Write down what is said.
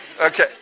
Okay